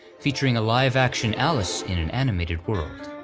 featuring a live action alice in an animated world.